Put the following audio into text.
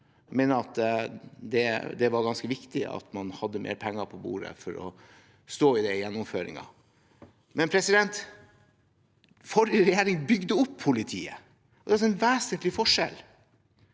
Jeg mener det var ganske viktig at man hadde mer penger på bordet for å stå i den gjennomføringen. Men forrige regjering bygde opp politiet, og det er altså en vesentlig forskjell.